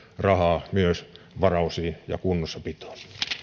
rahaa myös varaosiin ja kunnossapitoon